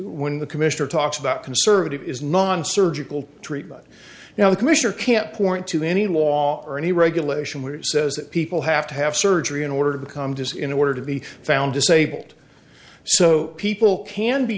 when the commissioner talks about conservative is non surgical treatment now the commissioner can't point to any law or any regulation which says that people have to have surgery in order to become does in order to be found disabled so people can be